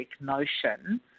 notion